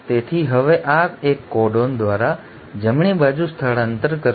તેથી હવે આ એક કોડોન દ્વારા જમણી બાજુ સ્થળાંતર કરશે